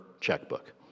checkbook